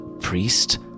Priest